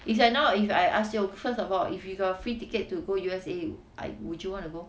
is like now if I ask you first of all if you have free ticket to go U_S_A I would you want to go